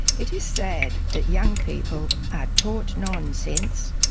it is sad that young people are taught nonsense,